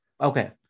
Okay